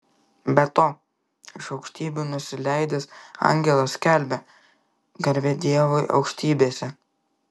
be to iš aukštybių nusileidęs angelas skelbia garbė dievui aukštybėse